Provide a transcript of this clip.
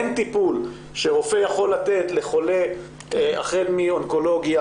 אין טיפול שרופא יכול לתת לחולה החל מאונקולוגיה